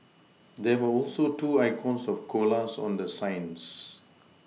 there were also two icons of koalas on the signs